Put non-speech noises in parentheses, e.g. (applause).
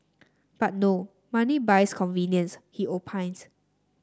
but (unintelligible) money buys convenience he opines